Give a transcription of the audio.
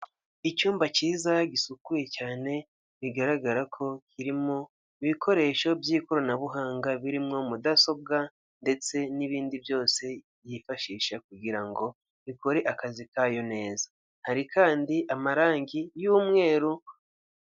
Icyumba cyiza gisukuye cyane bigaragara ko kirimo ibikoresho by'ikoranabuhanga birimo mudasobwa ndetse n'ibindi byose yifashisha kugira ngo bikore akazi kayo neza, hari kandi amarangi y'umweru.